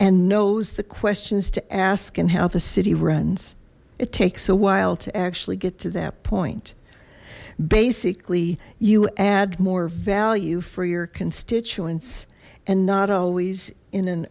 and knows the questions to ask and how the city runs it takes a while to actually get to that point basically you add more value for your constituents and not always in an